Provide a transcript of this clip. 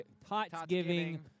Thanksgiving